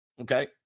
Okay